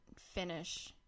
finish